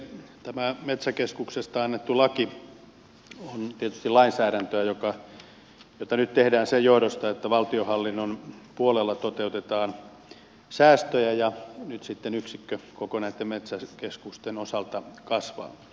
tämä metsäkeskuksesta annettu laki on tietysti lainsäädäntöä jota nyt tehdään sen johdosta että valtionhallinnon puolella toteutetaan säästöjä ja nyt sitten yksikkökoko näitten metsäkeskusten osalta kasvaa